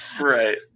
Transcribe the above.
right